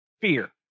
fear